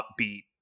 upbeat